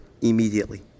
immediately